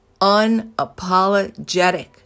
unapologetic